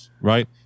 right